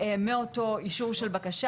מאותו אישור של בקשה.